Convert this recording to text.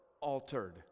altered